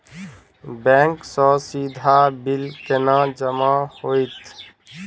Bank सँ सीधा bill केना जमा होइत?